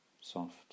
soft